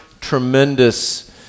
tremendous